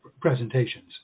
presentations